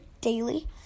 daily